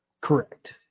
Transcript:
Correct